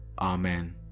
Amen